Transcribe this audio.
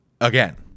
again